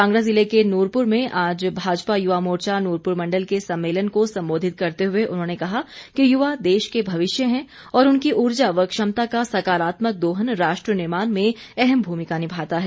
कांगड़ा जिले के नूरपूर में आज भाजपा युवा मोर्चा नूरपूर मंडल के सम्मेलन को संबोधित करते हुए उन्होंने कहा कि युवा देश के भविष्य है और उनकी ऊर्जा व क्षमता का सकारात्मक दोहन राष्ट्र निर्माण में अहम भूमिका निभाता है